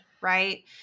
right